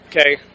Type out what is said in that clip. Okay